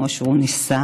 כמו שהוא ניסה,